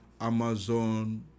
Amazon